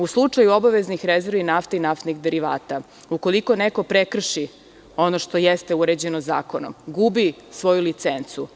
U slučaju obaveznih rezervi nafte i naftnih derivata, ukoliko neko prekrši ono što jeste uređeno zakonom, gubi svoju licencu.